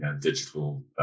digital